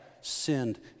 sinned